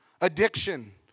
addiction